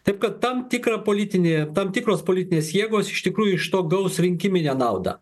taip kad tam tikrą politinį tam tikros politinės jėgos iš tikrųjų iš to gaus rinkiminę naudą